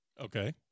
Okay